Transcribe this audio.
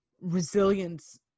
resilience